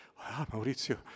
Maurizio